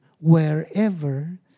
wherever